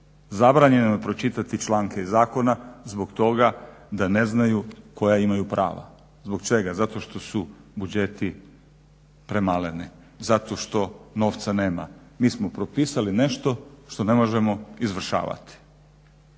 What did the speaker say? zabranjeno je pročitati članke iz zakona zbog toga da ne znaju koja imaju prava. Zbog čega? Zato što su budžeti premaleni, zato što novca nema. Mi smo propisali nešto što ne možemo izvršavati.